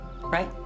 right